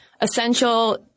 essential